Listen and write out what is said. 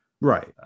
Right